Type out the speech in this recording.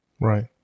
Right